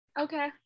okay